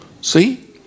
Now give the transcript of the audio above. See